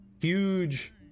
huge